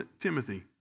Timothy